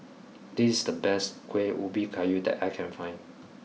this is the best Kueh Ubi Kayu that I can find